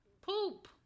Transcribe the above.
poop